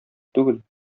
түгел